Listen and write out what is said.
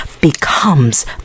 becomes